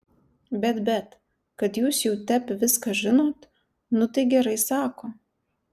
bet bet kad jūs jau tep viską žinot nu tai gerai sako